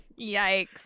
yikes